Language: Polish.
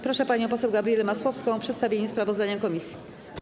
Proszę panią poseł Gabrielę Masłowską o przedstawienie sprawozdania komisji.